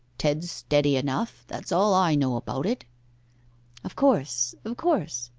ted's steady enough that's all i know about it of course of course.